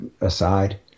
aside